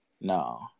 No